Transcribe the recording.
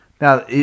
Now